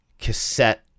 cassette